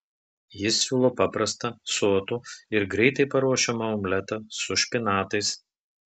jis siūlo paprastą sotų ir greitai paruošiamą omletą su špinatais